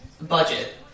budget